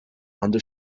under